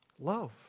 Love